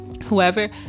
whoever